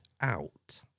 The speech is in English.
out